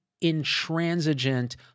intransigent